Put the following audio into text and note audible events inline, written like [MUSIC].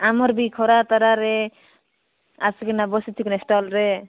ଆମର ବି ଖରା ତରାରେ ଆସିକି ନବ [UNINTELLIGIBLE] ଷ୍ଟଲ୍ରେ